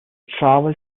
travel